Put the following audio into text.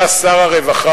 אתה, שר הרווחה,